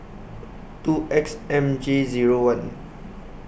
two X M J Zero one